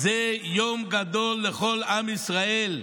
זה יום גדול לכל עם ישראל.